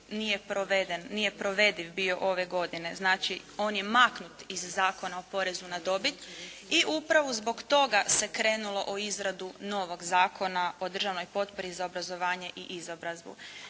nije provediv bio ove godine. Znači, on je maknut iz Zakona o porezu na dobit. I upravo zbog toga se krenulo u izradu novog Zakona o državnoj potpori za obrazovanje i izobrazbu.